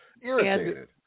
Irritated